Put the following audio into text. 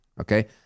okay